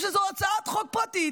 זו הצעת חוק פרטית,